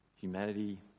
humanity